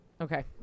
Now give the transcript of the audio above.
Okay